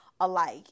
alike